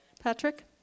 Patrick